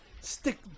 stick